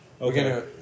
Okay